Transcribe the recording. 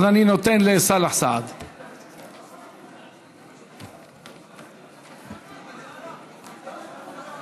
אני אתן לחבר הכנסת סאלח סעד.